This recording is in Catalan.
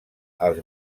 als